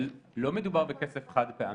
לא מדובר בכסף חד פעמי.